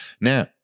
Now